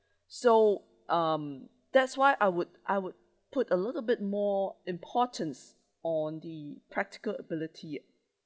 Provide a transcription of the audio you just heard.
so um that's why I would I would put a little bit more importance on the practical ability